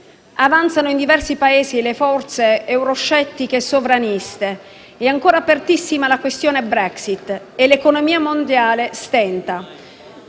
Avanzano in diversi Paesi le forze euroscettiche e sovraniste, è ancora apertissima la questione Brexit e l'economia mondiale stenta.